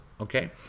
okay